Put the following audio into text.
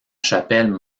chapelle